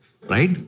right